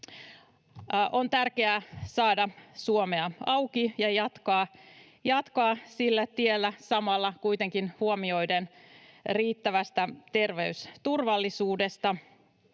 On tärkeää saada Suomea auki ja jatkaa sillä tiellä samalla kuitenkin huomioiden riittävä terveysturvallisuus.